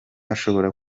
ashobora